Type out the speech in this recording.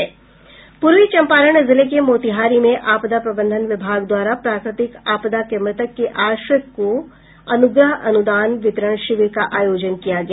पूर्वी चंपारण जिले के मोतिहारी में आपदा प्रबंधन विभाग द्वारा प्राकृतिक आपदा के मृतक के आश्रित को अनुग्रह अनुदान वितरण शिविर का आयोजन किया गया